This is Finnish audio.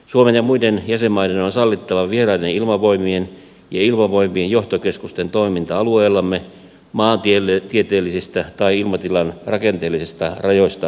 suomen ja muiden jäsenmaiden on sallittava vieraiden ilmavoimien ja ilmavoimien johtokeskusten toiminta alueellamme maantieteellisistä tai ilmatilan rakenteellisista rajoista piittaamatta